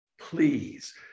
please